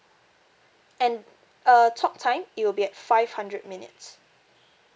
and uh talk time it will be at five hundred minutes